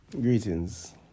Greetings